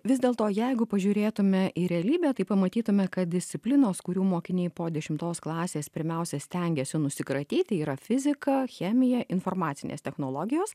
vis dėlto jeigu pažiūrėtume į realybę tai pamatytume kad disciplinos kurių mokiniai po dešimtos klasės pirmiausia stengiasi nusikratyti yra fizika chemija informacinės technologijos